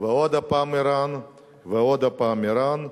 ועוד הפעם אירן ועוד הפעם אירן.